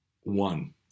One